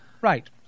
Right